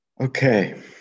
Okay